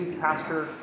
pastor